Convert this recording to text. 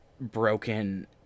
broken